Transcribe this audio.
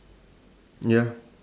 ya